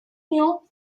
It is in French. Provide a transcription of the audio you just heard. union